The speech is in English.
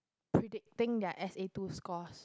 predicting their S_A two scores